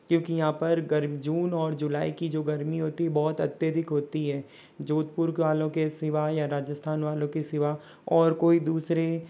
क्योंकि यहाँ पर गर्मी जून और जुलाई की जो गर्मी होती है बहुत अत्यधिक होती है जोधपुर वालों के सिवाय या राजस्थान के वालों के सिवाय और कोई दुसरे